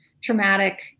traumatic